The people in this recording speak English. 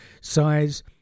size